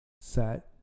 set